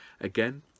Again